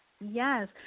Yes